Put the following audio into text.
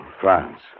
France